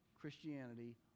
Christianity